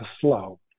slow